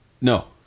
no